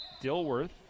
Dilworth